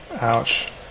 Ouch